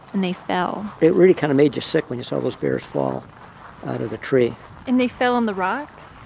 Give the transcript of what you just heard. and they fell it really kind of made you sick when you saw those bears fall out of a tree and they fell on the rocks?